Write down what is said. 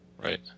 right